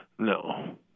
No